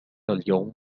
اليوم